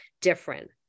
different